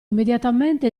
immediatamente